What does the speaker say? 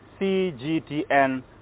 CGTN